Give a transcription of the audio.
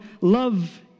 love